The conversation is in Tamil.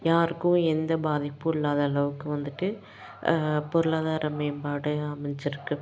யாருக்கும் எந்த பாதிப்பும் இல்லாத அளவுக்கு வந்துட்டு பொருளாதாரம் மேம்பாடு அடைஞ்சிருக்கு